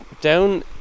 down